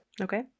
Okay